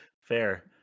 Fair